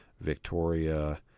Victoria